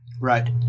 Right